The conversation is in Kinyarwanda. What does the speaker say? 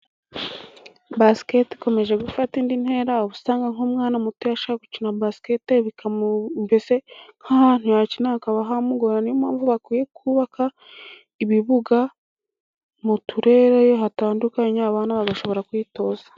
Basikete ikomeje gufata indi ntera uba usanga nk'umwana muto yashaka gukina baskete mbese nk'ahantu yakina hakaba hamugora, niyo mpamvu bakwiye kubaka ibibuga mu turere iyo hatandukanye abana bagashobora kwitoza.